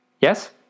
Yes